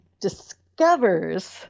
discovers